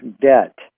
debt